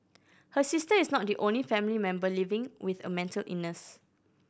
her sister is not the only family member living with a mental illness